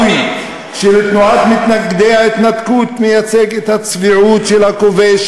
הדהוי של תנועת מתנגדי ההתנתקות מייצג את הצביעות של הכובש